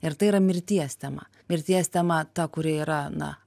ir tai yra mirties tema mirties tema ta kuri yra na